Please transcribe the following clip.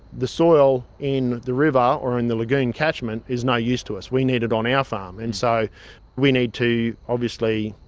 the soil in the river or in the lagoon catchment is no use to us. we need it on our farm. and so we need to obviously,